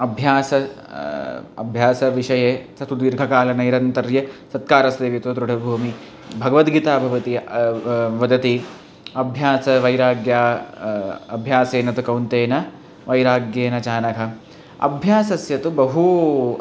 अभ्यासः अभ्यासविषये सः तु दीर्घकालनैरन्तर्यसत्कारस्सेवितो दृढभूमिः भगवद्गीता भवति वदति अभ्यासवैराग्यम् अभ्यासेन तु कौन्तेय वैराग्येन चानघ अभ्यासस्य तु बहु